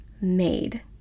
made